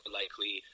likely